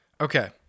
Okay